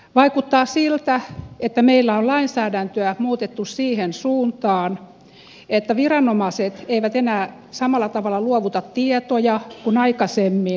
vaikuttaa siltä että meillä on lainsäädäntöä muutettu siihen suuntaan että viranomaiset eivät enää samalla tavalla luovuta tietoja kuin aikaisemmin